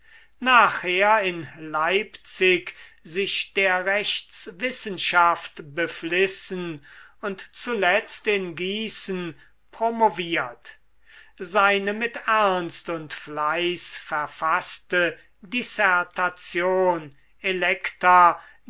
nachher in leipzig sich der rechtswissenschaft beflissen und zuletzt in gießen promoviert seine mit ernst und fleiß verfaßte dissertation electa